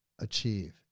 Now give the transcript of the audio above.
achieve